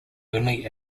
only